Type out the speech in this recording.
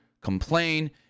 complain